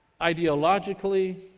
ideologically